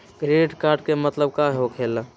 Credit card के मतलब का होकेला?